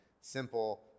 simple